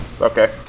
Okay